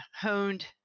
honed